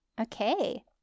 Okay